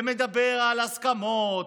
ומדבר על הסכמות,